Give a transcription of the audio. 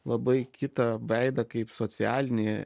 labai kitą veidą kaip socialinį